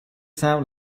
sau